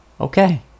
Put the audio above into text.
okay